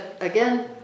again